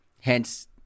hence